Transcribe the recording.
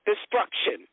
destruction